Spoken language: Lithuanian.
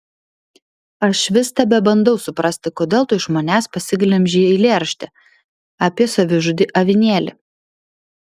aš vis tebebandau suprasti kodėl tu iš manęs pasiglemžei eilėraštį apie savižudį avinėlį